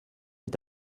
est